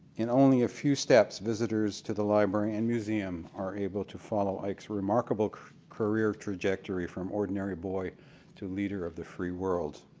in only a few steps visitors to the library and museum are able to follow ike's remarkable career trajectory from ordinary boy to leader of the free world.